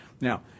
Now